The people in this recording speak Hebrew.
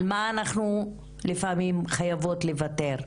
על מה אנחנו לפעמים חייבות לוותר?